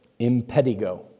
impetigo